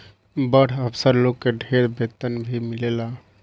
बड़ अफसर लोग के ढेर वेतन भी मिलेला